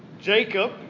Jacob